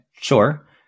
sure